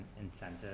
incentive